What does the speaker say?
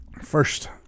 First